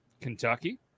Kentucky